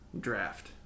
draft